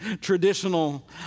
traditional